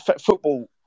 football